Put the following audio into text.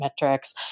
metrics